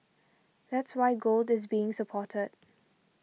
that's why gold is being supported